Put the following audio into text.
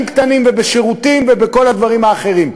קטנים ובשירותים ובכל הדברים האחרים.